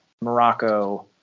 Morocco